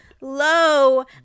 low